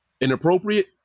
Inappropriate